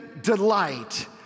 delight